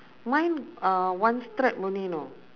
mine uh one stripe only know